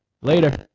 later